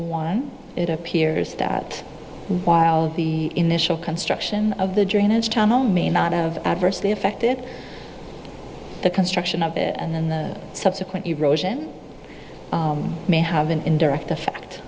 one it appears that while the initial construction of the drainage tunnel may not have adversely affected the construction of it and then the subsequent erosion may have an indirect effect